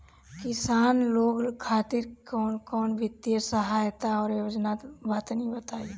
किसान लोग खातिर कवन कवन वित्तीय सहायता और योजना बा तनि बताई?